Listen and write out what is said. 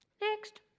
Next